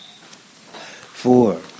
Four